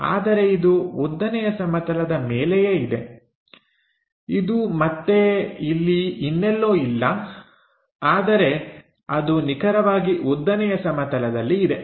ಆದರೆ ಇದು ಉದ್ದನೆಯ ಸಮತಲದ ಮೇಲೆಯೇ ಇದೆ ಇದು ಮತ್ತೆ ಇಲ್ಲಿ ಇನ್ನೆಲ್ಲೋ ಇಲ್ಲ ಆದರೆ ಅದು ನಿಖರವಾಗಿ ಉದ್ದನೆಯ ಸಮತಲದಲ್ಲಿಯೇ ಇದೆ